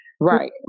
Right